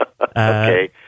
Okay